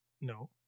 No